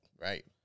right